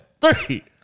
three